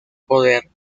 poder